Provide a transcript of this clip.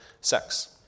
sex